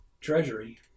treasury